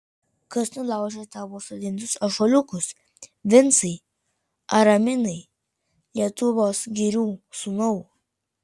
kas nulaužė tavo sodintus ąžuoliukus vincai araminai lietuvos girių sūnau